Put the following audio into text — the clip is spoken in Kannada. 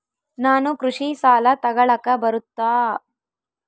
ನಾನು ಕೃಷಿ ಸಾಲ ತಗಳಕ ಬರುತ್ತಾ?